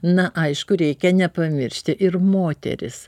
na aišku reikia nepamiršti ir moteris